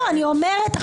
היא אומרת ההפך.